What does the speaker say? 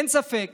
אין ספק